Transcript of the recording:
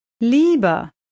lieber